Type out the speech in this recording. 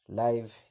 live